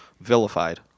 vilified